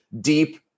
deep